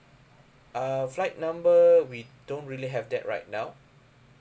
uh flight number we don't really have that right now